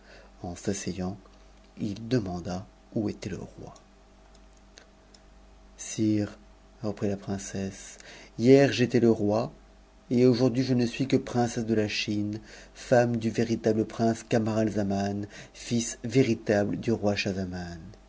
en s'asseyant il demanda où était le roi sire reprit la princesse hier j'étais le roi et aujourd'hui je ne suis que princesse de la chine femme du véritable prince